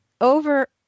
over